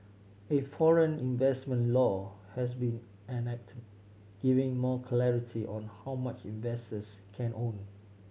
a foreign investment law has been enacted giving more clarity on how much investors can own